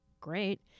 Great